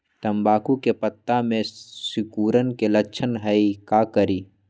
तम्बाकू के पत्ता में सिकुड़न के लक्षण हई का करी?